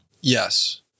Yes